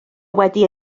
wedi